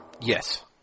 yes